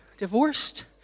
divorced